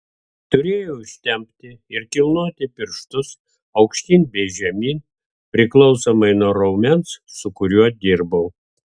turėjau ištempti ir kilnoti pirštus aukštyn bei žemyn priklausomai nuo raumens su kuriuo dirbau